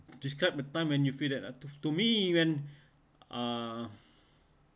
describe a time when you feel that uh to to me when uh